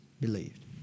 Believed